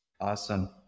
Awesome